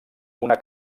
una